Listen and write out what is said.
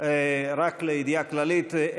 רק לידיעה כללית,